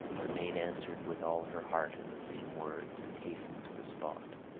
the maid answered with all her heart in the same words, and hastened to the spot,